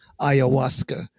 ayahuasca